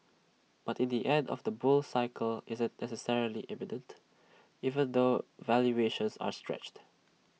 but in the end of the bull cycle isn't necessarily imminent even though valuations are stretched